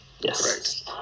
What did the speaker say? Yes